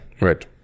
Right